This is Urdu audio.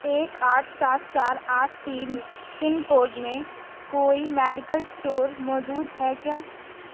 ایک آٹھ سات چار آٹھ تین پن کوڈ میں کوئی میڈیکل اسٹور موجود ہے کیا